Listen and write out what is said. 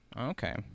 Okay